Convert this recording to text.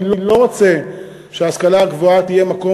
אני לא רוצה שההשכלה הגבוהה תהיה מקום